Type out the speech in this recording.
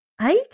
eight